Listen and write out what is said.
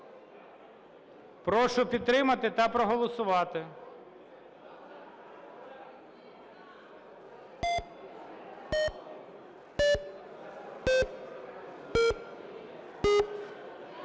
Прошу підтримати та проголосувати.